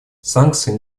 санкции